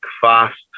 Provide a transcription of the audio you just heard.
fast